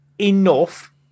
enough